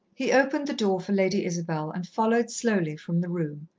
he opened the door for lady isabel and followed slowly from the room,